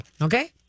okay